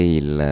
il